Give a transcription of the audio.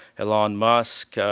elon musk,